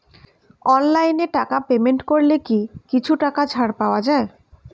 অনলাইনে টাকা পেমেন্ট করলে কি কিছু টাকা ছাড় পাওয়া যায়?